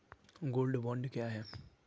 Gold bond क्या है?